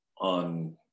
on